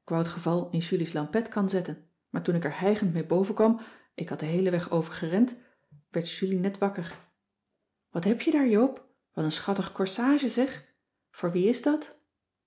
ik wou t geval in julie's cissy van marxveldt de h b s tijd van joop ter heul lampetkan zetten maar toen ik er hijgend mee boven kwam ik had den heelen weg over gerend werd julie net wakker wat heb je daar joop wat een schattig corsage zeg voor wie is dat